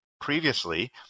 previously